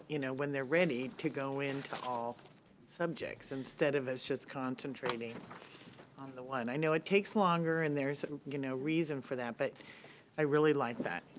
you know when they're ready to go into all subjects instead of it's just concentrating on the one. i know it takes longer and there's you know reason for that, but i really like that.